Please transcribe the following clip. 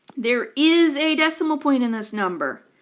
there is a decimal point in this number,